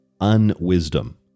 unwisdom